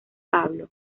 pablo